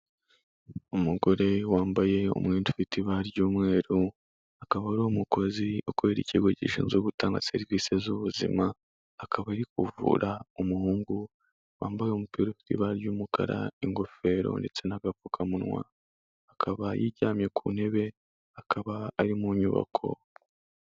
Umugore wambaye umwenda ufite ibara ry'umweru, akaba ari umukozi ukorera ikigo gishinzwe gutanga serivisi z'ubuzima, akaba ari kuvura umuhungu wambaye umupira ufite ibara ry'umukara, ingofero ndetse n'agapfukamunwa, akaba aryamye ku ntebe, akaba ari mu nyubako.